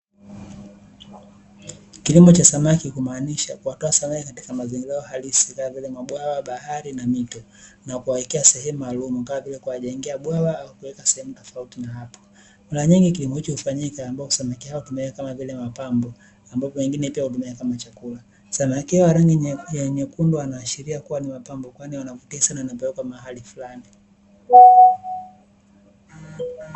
Kilimo cha samaki kunamaanisha kuwatoa samaki katika mazingira yao halisi kama vile mabwawa bahari na mito, na kuwawekea sehemu maalumu. Kama vile kuwajengea bwawa au kuweka sehemu tofauti na hapo, mara nyingi kilimo hicho hufanyika ambapo samaki hutumika kama mapambo au kwa wingine na kama chakula. Samaki wa rangi nyekundu wanaashiria kuwa ni wa mapambo, kwani wanavutia sana na huwekwa mahali fulani.